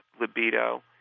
libido